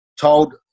told